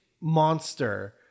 monster